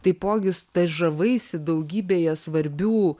taipogi stažavaisi daugybėje svarbių